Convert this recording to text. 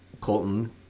colton